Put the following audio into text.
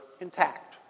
intact